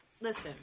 listen